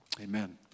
Amen